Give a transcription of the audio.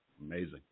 Amazing